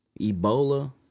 Ebola